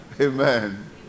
amen